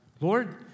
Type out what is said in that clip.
Lord